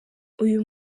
uyu